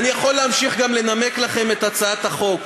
אני יכול להמשיך גם ולנמק לכם את הצעת החוק,